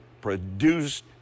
produced